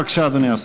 בבקשה, אדוני השר.